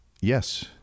Yes